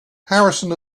harrison